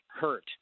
hurt